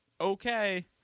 okay